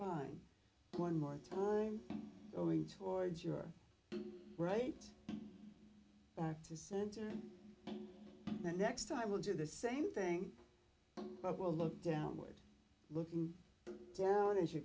spine one more time going towards your right back to center and the next time will do the same thing but will look downward looking down as you